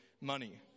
money